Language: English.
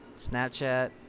Snapchat